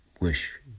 wish